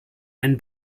einen